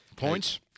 points